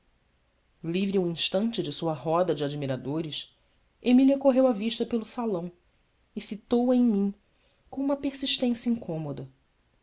livre um instante de sua roda de admiradores emília correu a vista pelo salão e fitou-a em mim com uma persistência incômoda